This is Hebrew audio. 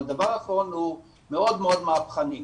אבל דבר אחרון הוא מאוד מהפכני.